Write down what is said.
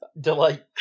Delight